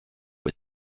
with